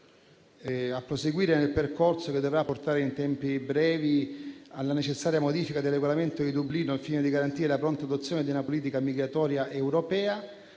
«a proseguire nel percorso che dovrà portare in tempi brevi alla necessaria modifica del regolamento di Dublino, al fine di garantire la pronta adozione di una politica migratoria europea